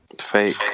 fake